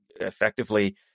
effectively